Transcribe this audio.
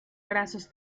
grasos